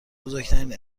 بزرگترین